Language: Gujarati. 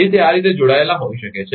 તેથી તે આ રીતે જોડાયેલ હોઈ શકે છે